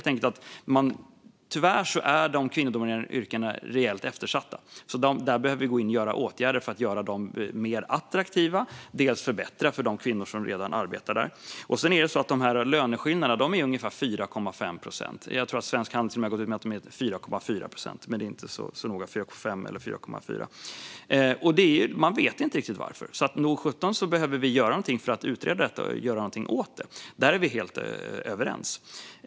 Tyvärr är de kvinnodominerade yrkena rejält eftersatta, så vi behöver vidta åtgärder för att göra dem mer attraktiva och förbättra för de kvinnor som redan arbetar där. Löneskillnaden är ungefär 4,5 procent. Jag tror att Svensk Handel har gått ut med att skillnaden är 4,4 procent, men det är inte så noga. Man vet inte riktigt varför, så nog sjutton behöver vi göra någonting för att utreda detta och göra någonting åt det - där är ledamoten och jag helt överens.